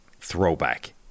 throwback